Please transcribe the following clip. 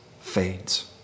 fades